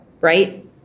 right